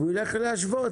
הוא ילך להשוות.